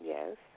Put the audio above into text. Yes